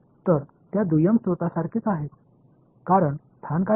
तर त्या दुय्यम स्त्रोतांसारखेच आहेत कारण स्थान काय आहे